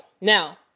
now